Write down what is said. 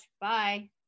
Bye